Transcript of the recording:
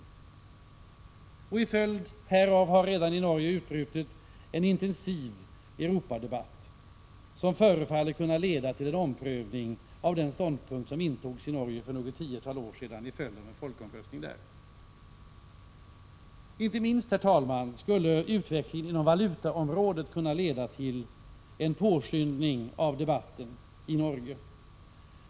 I Norge har till följd härav redan utbrutit en intensiv Europadebatt, som förefaller kunna leda till en omprövning av den ståndpunkt som intogs för något tiotal år sedan i en folkomröstning. Herr talman! Inte minst utvecklingen inom valutaområdet skulle kunna leda till att denna debatt i Norge påskyndades.